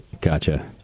Gotcha